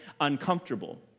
uncomfortable